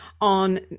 on